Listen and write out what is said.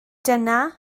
dyna